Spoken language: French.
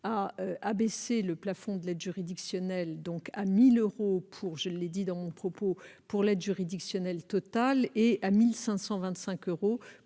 a abaissé le plafond de l'aide juridictionnelle à 1 000 euros pour une aide juridictionnelle totale et à 1 525 euros